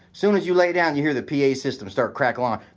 soon as you lay down, you hear the p a. system start crackle on